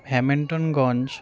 Hamiltonganj